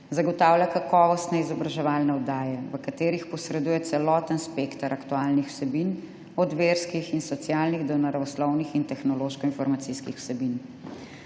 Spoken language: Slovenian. zagotavlja kakovostne izobraževalne oddaje, v katerih posreduje celoten spekter aktualnih vsebin, od verskih in socialnih do naravoslovnih in tehnološko-informacijskih vsebin;